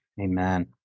Amen